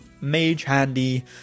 mage-handy